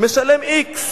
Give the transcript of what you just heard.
משלם x.